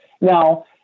now